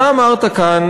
אתה אמרת כאן,